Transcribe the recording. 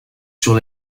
sur